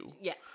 Yes